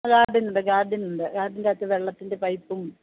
guardian ഉണ്ട് guardian ഉണ്ട് ഗാർഡൻ്റെ അകത്ത് വെള്ളത്തിൻ്റെ പൈപ്പും